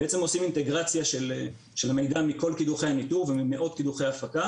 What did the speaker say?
בעצם עושים אינטגרציה של המידע מכל קידוחי הניטור וממאות קידוחי הפקה